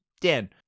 Dan